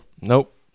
Nope